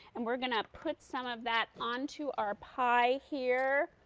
and we are going to put some of that on to our pie, here.